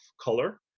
color